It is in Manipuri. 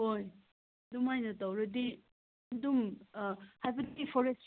ꯍꯣꯏ ꯑꯗꯨꯃꯥꯏꯅ ꯇꯧꯔꯗꯤ ꯑꯗꯨꯝ ꯍꯥꯏꯕꯗꯤ ꯐꯣꯔꯦꯁ